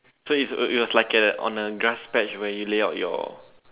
so it's it was like on a grass patch where you lay out your